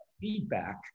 feedback